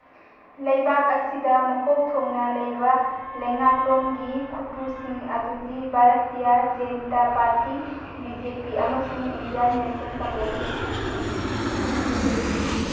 ꯂꯩꯕꯥꯛ ꯑꯁꯤꯗ ꯃꯀꯣꯛ ꯊꯣꯡꯅ ꯂꯩꯔꯤꯕ ꯂꯩꯉꯥꯛꯂꯣꯟꯒꯤ ꯈꯨꯠꯄꯨꯁꯤꯡ ꯑꯗꯨꯗꯤ Bharatiya Janata party B J P ꯑꯃꯁꯨꯡ ꯏꯟꯗꯤꯌꯥꯟ ꯅꯦꯁꯅꯦꯜ ꯀꯪꯒ꯭ꯔꯦꯁꯅꯤ